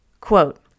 Quote